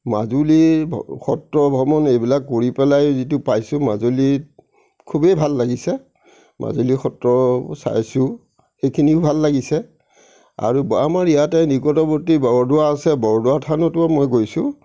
মাজুলীৰ সত্ৰ ভ্ৰমণ এইবিলাক কৰি পেলাই যিটো পাইছো মাজুলীত খুবেই ভাল লাগিছে মাজুলীৰ সত্ৰবোৰ চাইছোঁ সেইখিনিও ভাল লাগিছে আৰু আমাৰ ইয়াতে নিকটৱৰ্তী বৰদোৱা আছে বৰদোৱা থানতো মই গৈছোঁ